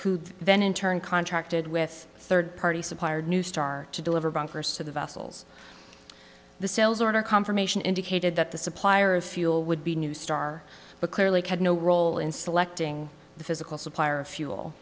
who then in turn contracted with third party supplier neustar to deliver bunkers to the vessels the sales order confirmation indicated that the supplier of fuel would be new star but clearly had no role in selecting the physical supplier of fuel